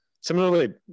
similarly